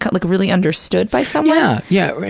but like really understood by someone? yeah, yeah